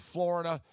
Florida